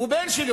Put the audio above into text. הוא בן שלי,